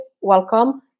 welcome